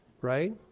right